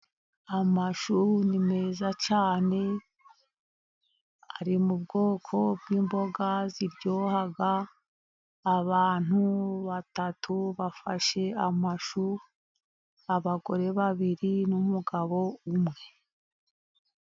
Amashu ni meza cyane, ari mu bwoko bw'iboga ziryoha, abantu batatu bafashe amashu, abagore babiri n'umugabo umwe.